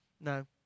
No